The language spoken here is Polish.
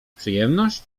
przyjemność